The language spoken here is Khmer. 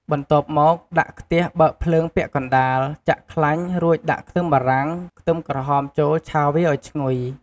បន្ទាប់មកដាក់ខ្ទះបើកភ្លើងពាក់កណ្តាល ចាក់ខ្លាញ់ រួចដាក់ខ្ទឹមបារាំង ខ្ទឹមក្រហមចូលឆាវាឱ្យឈ្ងុយ។